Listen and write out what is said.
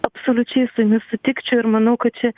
absoliučiai su jumis sutikčiau ir manau kad čia